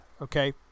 okay